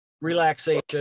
relaxation